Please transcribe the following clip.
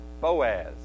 Boaz